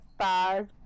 five